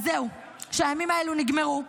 אז זהו, שהימים האלה נגמרו,